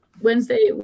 Wednesday